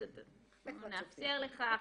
נאפשר לך,